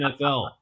NFL